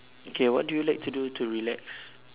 okay what do you like to do to relax